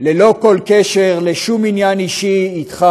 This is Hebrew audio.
ללא כל קשר לשום עניין אישי אתך,